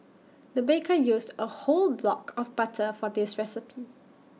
the baker used A whole block of butter for this recipe